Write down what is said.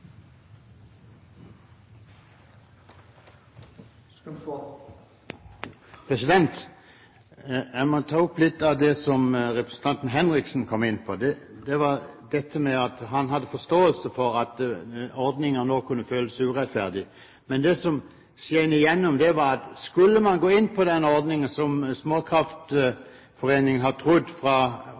Jeg må ta opp litt av det som representanten Henriksen kom inn på, det at han hadde forståelse for at ordningen nå kunne føles urettferdig. Men det som skinte gjennom, var at skulle man gå inn på den ordningen som Småkraftforeninga ønsket for de anleggene som ble bygd fra